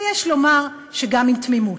ויש לומר שגם עם תמימות.